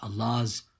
Allah's